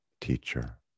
teacher